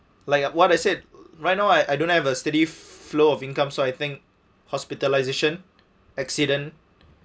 like what I said right now I I don't have a steady flow of income so I think hospitalisation accident